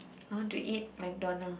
I want to eat McDonalds